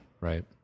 Right